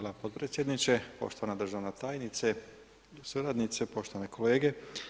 Hvala potpredsjedniče, poštovana državna tajnice, suradnice, poštovane kolege.